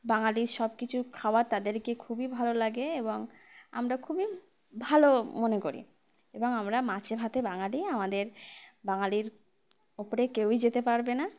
বাঙালির সব কিছু খাবার তাদের খুবই ভালো লাগে এবং আমরা খুবই ভালো মনে করি এবং আমরা মাছে ভাতে বাঙালি আমাদের বাঙালির ওপরে কেউই যেতে পারবে না